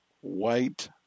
white